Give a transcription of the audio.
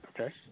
Okay